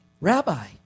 Rabbi